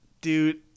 dude